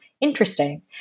interesting